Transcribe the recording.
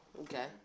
Okay